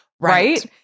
Right